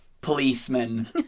policemen